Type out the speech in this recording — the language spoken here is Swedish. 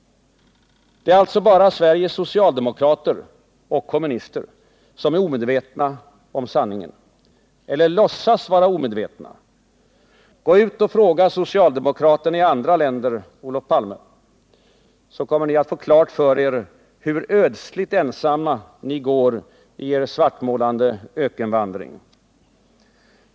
Det är bara Sveriges socialdemokrater och kommunister som är omedvetna om sanningen — eller låtsas vara omedvetna. Gå ut och fråga socialdemokraterna i andra länder, Olof Palme, så kommer ni att få klart för er hur ödsligt ensamma ni går i er svartmålande ökenvandring.